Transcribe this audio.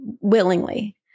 willingly